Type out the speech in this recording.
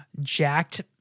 jacked